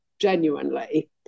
genuinely